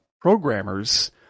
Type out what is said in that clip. programmers